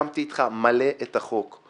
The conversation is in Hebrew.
סיכמתי אתך מלא את החוק.